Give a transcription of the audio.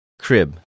Crib